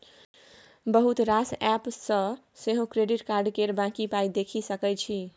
बहुत रास एप्प सँ सेहो क्रेडिट कार्ड केर बाँकी पाइ देखि सकै छी